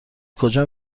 کجا